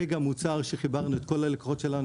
וגם מוצר שחיברנו את כל הלקוחות שלנו,